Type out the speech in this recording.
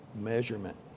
Measurement